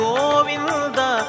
Govinda